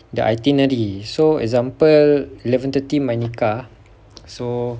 the itinerary so example eleven thirty my nikah so